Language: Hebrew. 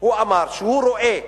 הוא אמר שהוא רואה